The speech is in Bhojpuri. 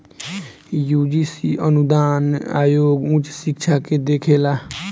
यूजीसी अनुदान आयोग उच्च शिक्षा के देखेला